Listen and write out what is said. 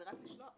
זה רק משלוח.